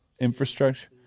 Infrastructure